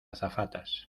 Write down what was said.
azafatas